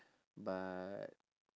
but